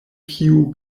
kiu